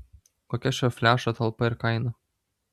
kokia šio flešo talpa ir kaina